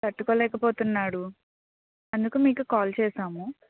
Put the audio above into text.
తట్టుకోలేకపోతున్నాడు అందుకు మీకు కాల్ చేశాము